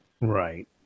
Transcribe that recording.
Right